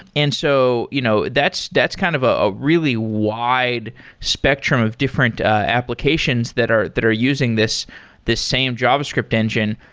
and so you know that's that's kind of a ah really wide spectrum of different applications that are that are using this this same javascript engine.